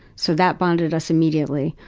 so that bonded us immediately.